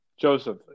Joseph